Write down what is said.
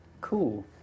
Cool